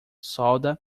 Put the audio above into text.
solda